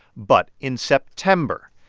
but in september,